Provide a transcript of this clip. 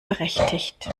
berechtigt